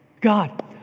God